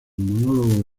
monólogo